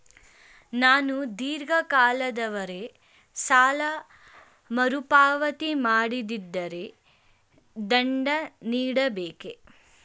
ನಾನು ಧೀರ್ಘ ಕಾಲದವರೆ ಸಾಲ ಮರುಪಾವತಿ ಮಾಡದಿದ್ದರೆ ದಂಡ ನೀಡಬೇಕೇ?